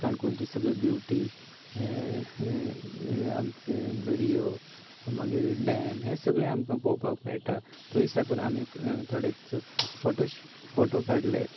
काणकोणची सगळी ब्युटी आमचे दर्या मागीर डॅम हें सगळें आमकां पळोवपाक मेळटा थंय साकून आमी थोडेच फोटोशू फोटो काडले